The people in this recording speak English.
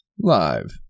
live